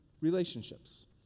relationships